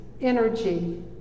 energy